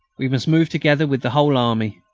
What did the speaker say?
we must move together with the whole army.